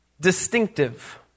distinctive